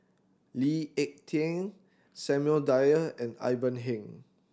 Lee Ek Tieng Samuel Dyer and Ivan Heng